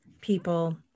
people